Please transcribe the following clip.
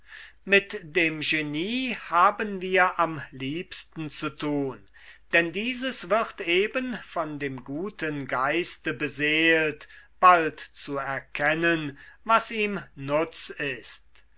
mit dem genie haben wir am liebsten zu tun denn dieses wird eben von dem guten geiste beseelt bald zu erkennen was ihm nutz ist